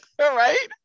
right